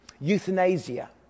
Euthanasia